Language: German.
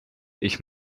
ich